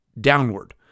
downward